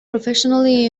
professionally